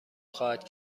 خواهد